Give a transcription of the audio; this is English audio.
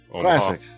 Classic